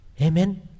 Amen